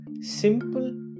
simple